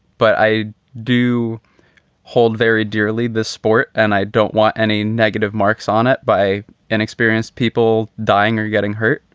but i do hold very dearly this sport and i don't want any negative marks on it by inexperienced people dying or getting hurt.